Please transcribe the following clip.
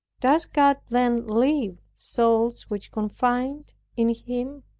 does god then leave souls which confide in him?